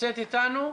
נמצאת איתנו?